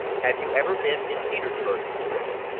have you ever been in petersburg before?